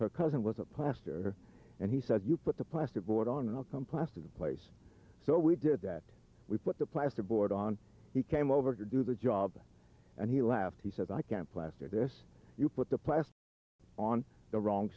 her cousin was a plaster and he said you put the plasterboard on and i'll come plaster the place so we did that we put the plasterboard on he came over to do the job and he left he says i can't plaster this you put the plaster on the wrong